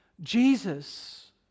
Jesus